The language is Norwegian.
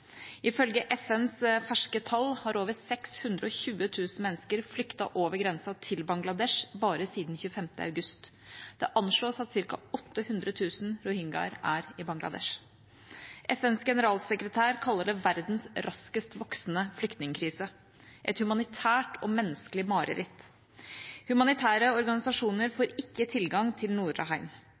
Ifølge FNs ferske tall har over 620 000 mennesker flyktet over grensen til Bangladesh bare siden 25. august. Det anslås at ca. 800 000 rohingyaer er i Bangladesh. FNs generalsekretær kaller det verdens raskest voksende flyktningkrise, et humanitært og menneskelig mareritt. Humanitære organisasjoner får ikke tilgang til